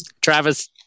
Travis